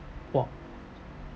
!wah!